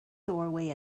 doorway